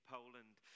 Poland